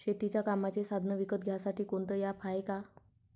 शेतीच्या कामाचे साधनं विकत घ्यासाठी कोनतं ॲप हाये का?